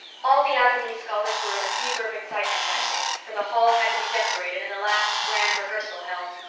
all the avonlea scholars were in a fever of excitement that day, for the hall had to be decorated and a last grand rehearsal held.